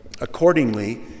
Accordingly